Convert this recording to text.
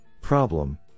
problem